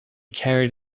carried